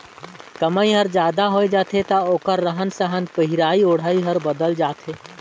कमई हर जादा होय जाथे त ओखर रहन सहन पहिराई ओढ़ाई हर बदलत जाथे